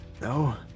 No